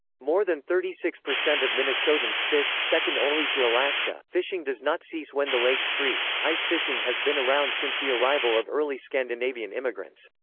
more than thirty six percent of minnesotans fish, second only to alaska fishing does not cease when the lakes freeze ice fishing has been around since the arrival of early scandinavian immigrants.